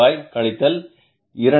25 கழித்தல் 2